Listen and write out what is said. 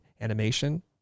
animation